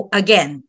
again